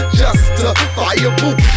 justifiable